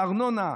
בארנונה,